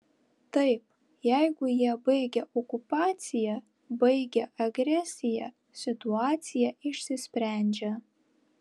taip jeigu jie baigia okupaciją baigia agresiją situacija išsisprendžia